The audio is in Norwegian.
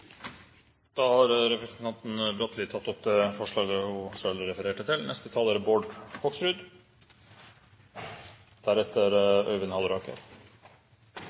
Da har representanten Ingebjørg Godskesen tatt opp det forslaget hun refererte til. Stad skipstunnel er